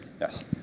Yes